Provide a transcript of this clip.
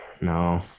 no